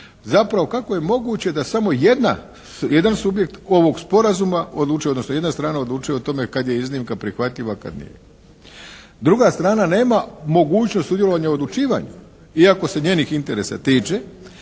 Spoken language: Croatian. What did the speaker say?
zapravo kako je moguće da samo jedna, jedan subjekt ovog sporazuma odlučuje, odnosno jedna strana odlučuje o tome kad je iznimka prihvatljiva, a kad nije. Druga strana nema mogućnost sudjelovanja u odlučivanju, iako se njenih interesa tiče,